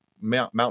mount